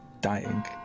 dying